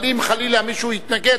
אבל אם חלילה מישהו יתנגד,